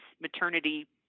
maternity